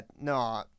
no